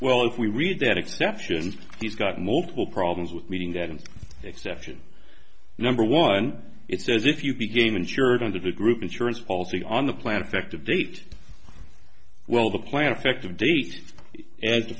well if we read that exceptions he's got multiple problems with meeting that an exception number one it says if you begin insured under the group insurance policy on the planet effective date well the plan effect of date a